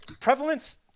prevalence